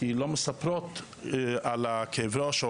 כי הן לא מספרות על כאב הראש.